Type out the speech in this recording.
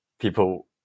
People